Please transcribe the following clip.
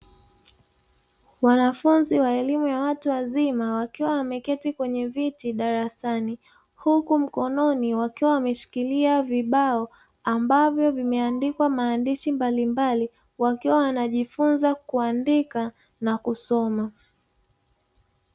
Wanafunzi wa elimu ya watu wazima, wakiwa wameketi kwenye viti darasani, huku mkononi wakiwa wameshikilia vibao ambavyo vimeandikwa maandishi mbalimbali, wakiwa wanajifunza kuandika na kusoma.